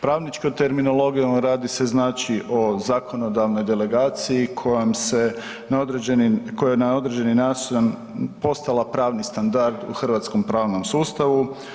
Pravničkom terminologijom radi se znači o zakonodavnoj delegaciji kojom se na određeni, koja je na određeni način postala pravni standard u hrvatskom pravnom sustavu.